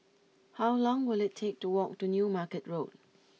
How long will it take to walk to New Market Road